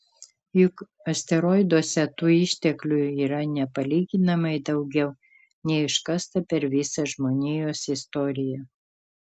juk asteroiduose tų išteklių yra nepalyginamai daugiau nei iškasta per visą žmonijos istoriją